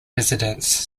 residence